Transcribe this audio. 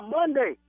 Monday